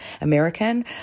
American